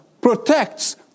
protects